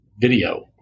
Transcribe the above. video